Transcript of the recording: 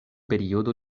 periodo